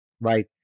right